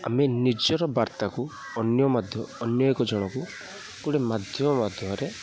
ଆମେ ନିଜର ବାର୍ତ୍ତାକୁ ଅନ୍ୟମାଧ୍ୟମ ଅନ୍ୟ ଏକ ଜଣକୁ ଗୋଟେ ମାଧ୍ୟମ ମାଧ୍ୟମରେ